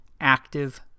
active